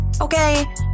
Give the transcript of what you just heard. okay